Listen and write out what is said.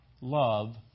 love